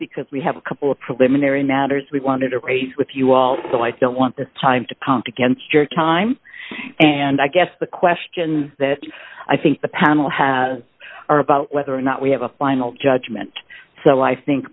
because we have a couple of preliminary matters we wanted to raise with you all so i don't want the time to count against your time and i guess the question that i think the panel has are about whether or not we have a final judgment so i think